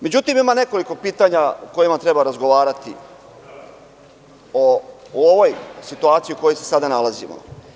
Međutim, ima nekoliko pitanja o kojima treba razgovarati u ovoj situaciji u kojoj se sada nalazimo.